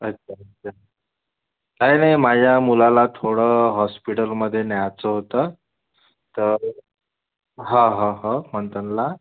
अच्छा च्छा काय नाही माझ्या मुलाला थोडं हॉस्पिटलमध्ये न्यायचं होतं तर हां हं हो मंथनला